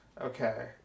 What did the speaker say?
okay